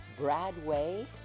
Bradway